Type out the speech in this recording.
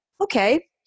okay